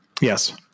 Yes